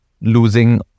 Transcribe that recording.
losing